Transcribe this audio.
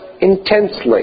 intensely